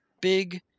big